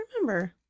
remember